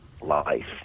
life